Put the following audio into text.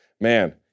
Man